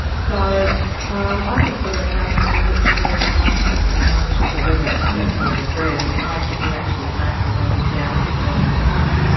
so um i think we're a place that we look to where we come from as much. you know, whether that's perth born and bred, or the place that you actually came from and you've now made perth your home.